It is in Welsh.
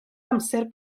amser